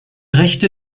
rechte